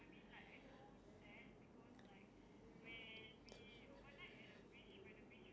I think they will think about picnic is that I think they have about is when sometimes the toilet or the